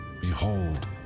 Behold